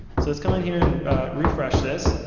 so let's come in here and refresh this.